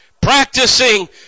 practicing